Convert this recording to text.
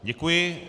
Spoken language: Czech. Děkuji.